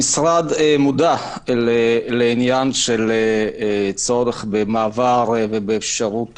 המשרד מודע לעניין של צורך במעבר ובאפשרות